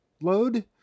load